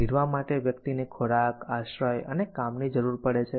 નિર્વાહ માટે વ્યક્તિને ખોરાક આશ્રય અને કામની જરૂર પડે છે